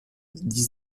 dix